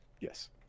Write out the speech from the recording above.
Yes